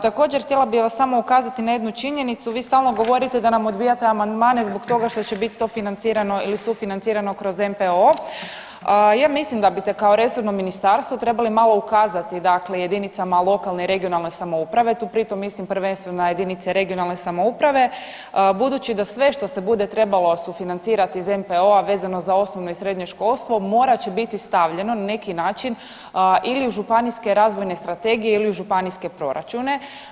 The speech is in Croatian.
Također htjela bih vam samo ukazati na jednu činjenicu, vi stalno govorite da nam odbijate amandmane zbog toga što će biti to financirano ili sufinancirano kroz NPO, ja mislim da bite kao resorno ministarstvo trebali malo ukazati dakle jedinicama lokalne i regionalne samouprave, tu pritom mislim prvenstveno na jedinice regionalne samouprave budući da sve što se bude trebalo sufinancirati iz NPO-a vezano za osnovno i srednje školstvo morat će biti stavljeno na neki način ili u županijske razvojne strategije ili u županijske proračune.